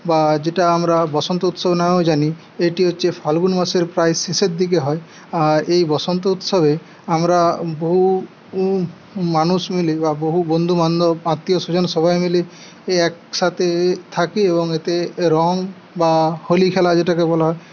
বা যেটা আমরা বসন্ত উৎসব নামেও জানি এইটি হচ্ছে ফাল্গুন মাসের প্রায় শেষের দিকে হয় এই বসন্ত উৎসবে আমরা বহু মানুষ মিলে বা বহু বন্ধুবান্ধব আত্মীয়স্বজন সবাই মিলে এই একসাথে থাকি এবং এতে রং বা হোলি খেলা যেটাকে বলা হয়